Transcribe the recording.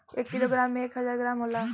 एक किलोग्राम में एक हजार ग्राम होला